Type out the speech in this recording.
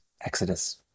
exodus